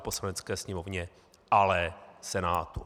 Poslanecké sněmovně, ale Senátu.